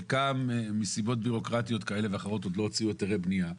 חלקם מסיבות ביורוקרטיות כאלה ואחרות עוד לא הוציאו היתרי בנייה,